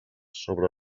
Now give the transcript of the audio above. sobre